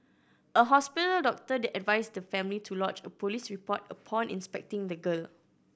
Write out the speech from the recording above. a hospital doctor advised the family to lodge a police report upon inspecting the girl